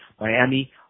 Miami